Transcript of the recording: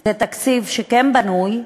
זה תקציב שכן בנוי,